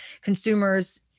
consumers